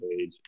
age